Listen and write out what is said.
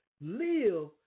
live